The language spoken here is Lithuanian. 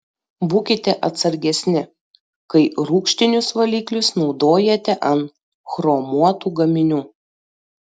būkite atsargesni kai rūgštinius valiklius naudojate ant chromuotų gaminių